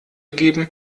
geben